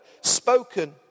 spoken